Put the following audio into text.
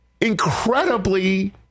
incredibly